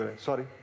Sorry